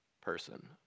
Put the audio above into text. person